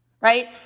right